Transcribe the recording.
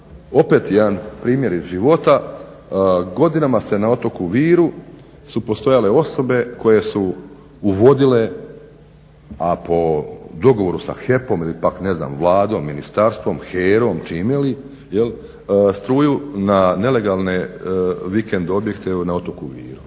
opet jedan primjer iz života godinama se na otoku Viru su postojale osobe koje su uvodile a po dogovoru sa HEP-om ili pak ne znam Vladom, ministarstvom, HERA-om čime li jel' struju na nelegalne vikend objekte na otoku Viru.